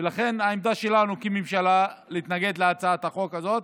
ולכן העמדה שלנו כממשלה היא להתנגד להצעת החוק הזאת,